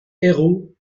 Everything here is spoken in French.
héros